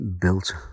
built